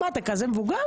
מה, אתה כזה מבוגר?